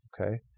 okay